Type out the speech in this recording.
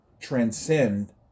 transcend